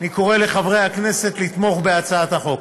אני קורא לחברי הכנסת לתמוך בהצעת החוק.